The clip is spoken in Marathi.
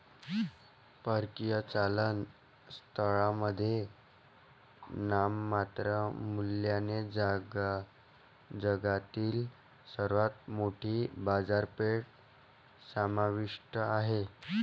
परकीय चलन स्थळांमध्ये नाममात्र मूल्याने जगातील सर्वात मोठी बाजारपेठ समाविष्ट आहे